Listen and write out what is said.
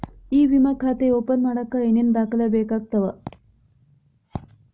E ವಿಮಾ ಖಾತೆ open ಮಾಡಕ ಏನೇನ್ ದಾಖಲೆ ಬೇಕಾಗತವ